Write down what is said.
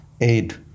aid